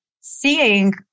seeing